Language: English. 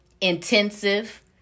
intensive